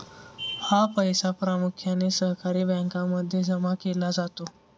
हा पैसा प्रामुख्याने सहकारी बँकांमध्ये जमा केला जातो